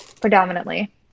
predominantly